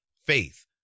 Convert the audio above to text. faith